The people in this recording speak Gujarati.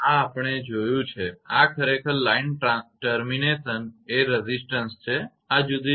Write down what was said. આ આપણે જોયું છે આ ખરેખર લાઈન ટર્મિનેશન એ રેઝિસ્ટન્સ છે આ જુદી જુદી સ્થિતિ છે